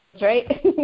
right